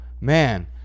man